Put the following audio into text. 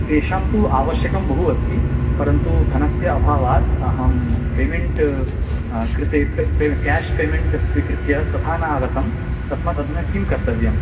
तेषां तु आवश्यकं बहु अस्ति परन्तु धनस्य अभावात् अहं पेमेन्ट् कृते पे पेमे क्याश् पेमेन्ट् स्वीकृत्य तथा न आगतं तस्मात् अधुना किं कर्तव्यं